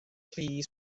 plis